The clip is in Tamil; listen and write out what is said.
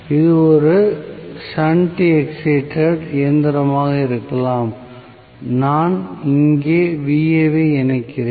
இது ஒரு ஷன்ட் எக்சிட்டடு இயந்திரமாக இருக்கலாம் நான் இங்கே Va ஐ இணைக்கிறேன்